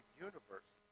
universe